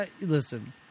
listen